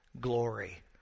glory